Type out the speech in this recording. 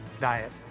diet